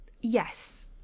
Yes